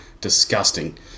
disgusting